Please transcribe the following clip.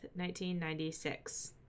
1996